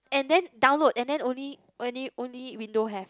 and then download and then only only only window have